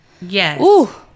Yes